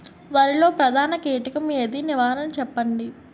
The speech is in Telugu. వరిలో ప్రధాన కీటకం ఏది? నివారణ చెప్పండి?